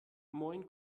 moin